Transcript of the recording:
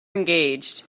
engaged